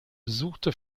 besuchte